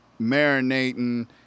marinating